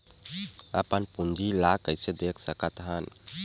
अपन पूंजी ला कइसे देख सकत हन?